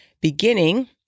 beginning